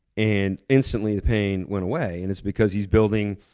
and instantly, the pain went away. and it's because he's building.